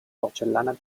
porcellana